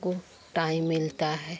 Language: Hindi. को टाइम मिलता है